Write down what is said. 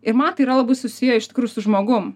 ir man tai yra labai susiję iš tikrųjų su žmogum